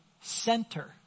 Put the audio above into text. center